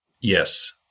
Yes